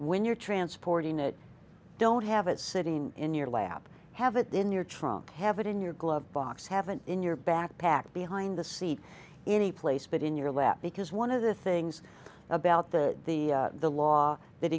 when you're transporting it don't have it sitting in your lap have it in your trunk have it in your glove box have an in your backpack behind the seat anyplace put in your lap because one of the things about the the the law that